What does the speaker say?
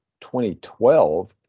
2012